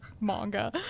manga